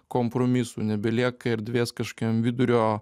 kompromisų nebelieka erdvės kašokiam vidurio